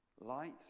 light